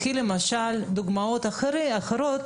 קחי דוגמאות אחרות